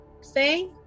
say